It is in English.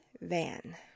van